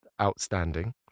outstanding